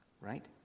right